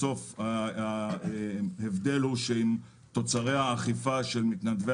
בסוף ההבדל הוא שעם תוצרי האכיפה של מתנדבי